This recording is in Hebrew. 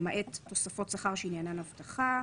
למעט תוספות שכר שעניינן אבטחה,